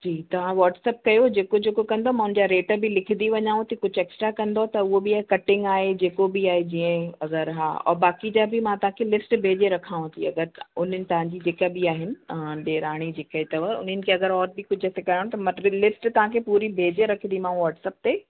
जी तव्हा वाट्सअप कयो जेको जेको कंदव मां उन जा रेट बि लिखंदी वञांव थी कुझु एक्स्ट्रा कंदव त उहो बि आहे कटिंग आहे जेको बि आहे जीअं अगरि हा ऐं बाकी जा बि मां तव्हां खे लिस्ट भेजे रखांव थी अगरि उन्हनि तव्हां जी जेका बि आहिनि तव्हां ॾेराणी जेके अथव उन्हनि खे अगरि और बि कुझु हिते कराइणो त मतिलबु लिस्ट तव्हां खे पूरी भेजे रखदीमांव वाट्सअप ते